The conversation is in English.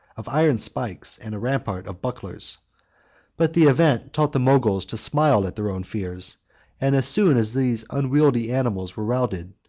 of iron spikes and a rampart of bucklers but the event taught the moguls to smile at their own fears and as soon as these unwieldy animals were routed,